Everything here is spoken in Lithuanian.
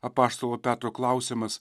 apaštalo petro klausiamas